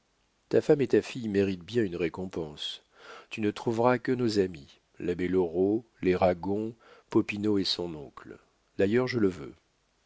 ta femme et ta fille méritent bien une récompense tu ne trouveras que nos amis l'abbé loraux les ragon popinot et son oncle d'ailleurs je le veux